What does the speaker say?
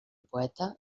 poeta